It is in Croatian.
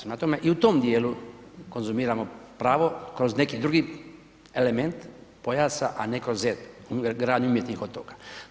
Prema tome, i u tom djelu konzumiramo pravo kroz neki drugi element pojasa a ne kroz ZERP i gradnju umjetnih otoka.